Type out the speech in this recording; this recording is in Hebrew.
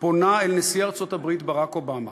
פונה אל נשיא ארצות-הברית ברק אובמה